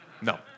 No